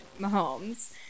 Mahomes